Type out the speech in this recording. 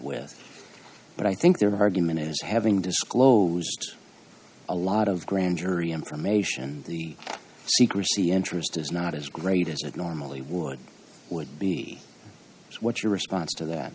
with but i think their argument is having disclosed a lot of grand jury information the secrecy interest is not as great as it normally would would be what's your response to that